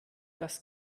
das